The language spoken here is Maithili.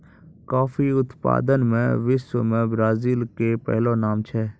कॉफी उत्पादन मॅ विश्व मॅ ब्राजील के पहलो नाम छै